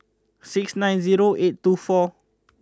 six nine zero eight two four